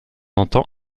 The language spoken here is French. entend